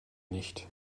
nicht